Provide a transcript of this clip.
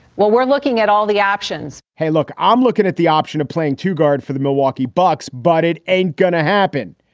well, we're looking at all the options hey, look, i'm um looking at the option of playing to guard for the milwaukee bucks, but it ain't going to happen.